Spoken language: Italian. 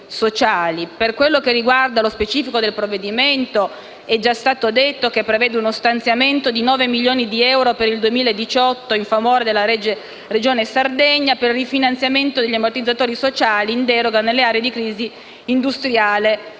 Per quello che riguarda lo specifico del provvedimento, è già stato detto che prevede uno stanziamento di 9 milioni di euro per il 2018 in favore della Regione Sardegna per il rifinanziamento degli ammortizzatori sociali in deroga nelle aree di crisi industriale